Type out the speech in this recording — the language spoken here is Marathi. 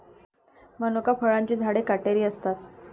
मनुका फळांची झाडे काटेरी असतात